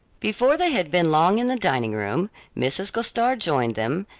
before they had been long in the dining-room mrs. gostar joined them,